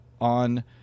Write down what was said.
on